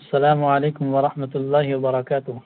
سسلام علیکم و رحمتہ اللہ ورکاتہ